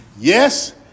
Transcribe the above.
yes